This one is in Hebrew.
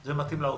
זה מתאים לאוצר.